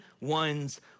one's